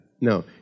No